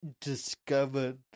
discovered